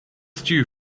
stew